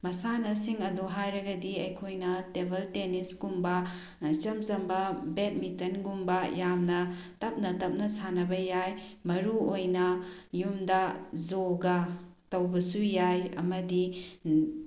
ꯃꯁꯥꯟꯅꯁꯤꯡꯗꯣ ꯍꯥꯏꯔꯒꯗꯤ ꯑꯩꯈꯣꯏꯅ ꯇꯦꯕꯜ ꯇꯦꯅꯤꯁꯀꯨꯝꯕ ꯏꯆꯝ ꯆꯝꯕ ꯕꯦꯠꯃꯤꯟꯇꯟꯒꯨꯝꯕ ꯌꯥꯝꯅ ꯇꯞꯅ ꯇꯞꯅ ꯁꯥꯟꯅꯕ ꯌꯥꯏ ꯃꯔꯨꯑꯣꯏꯅ ꯌꯨꯝꯗ ꯌꯣꯒꯥ ꯇꯧꯕꯁꯨ ꯌꯥꯏ ꯑꯃꯗꯤ